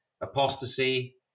apostasy